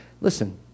Listen